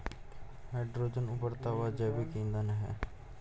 hydrogen उबरता हुआ जैविक ईंधन है